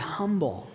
humble